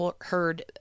heard